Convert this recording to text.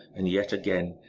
and yet again,